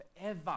forever